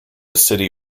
city